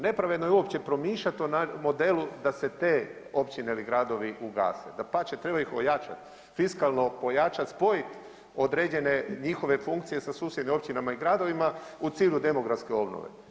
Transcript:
Nepotrebno je uopće promišljat o modelu da se te općine ili gradove ugase, dapače treba ih ojačat, fiskalno pojačat spoj određene njihove funkcije sa susjednim općinama i gradovima u cilju demografske obnove.